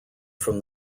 from